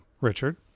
Richard